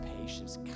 patience